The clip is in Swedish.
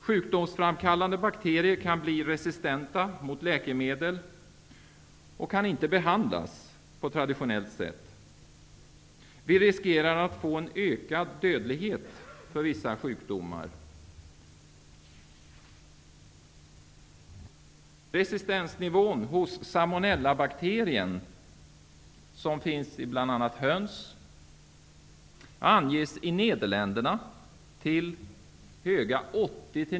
Sjukdomsframkallande bakterier kan bli resistenta mot läkemedel och kan inte behandlas på traditionellt sätt. Vi riskerar att få en ökad dödlighet i vissa sjukdomar.